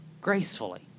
gracefully